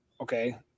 Okay